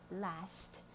last